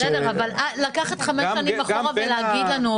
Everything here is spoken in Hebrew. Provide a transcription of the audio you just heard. לקחת שלוש,